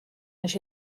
nes